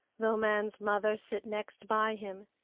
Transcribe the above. though man's mother sit next by him.